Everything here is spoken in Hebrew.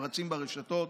רצות ברשתות.